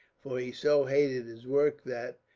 for he so hated his work that,